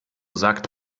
sagt